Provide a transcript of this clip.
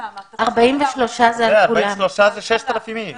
43 זה 6,000 בתי אב.